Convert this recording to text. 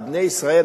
בני ישראל,